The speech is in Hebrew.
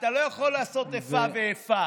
אתה לא יכול לעשות איפה ואיפה.